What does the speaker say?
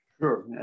Sure